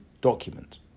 document